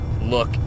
look